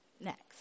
next